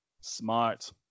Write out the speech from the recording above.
smart